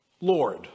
Lord